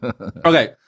Okay